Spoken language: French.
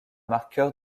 marqueur